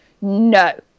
No